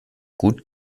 gut